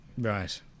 Right